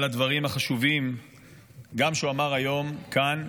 הדברים החשובים שהוא אמר גם היום כאן,